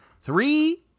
Three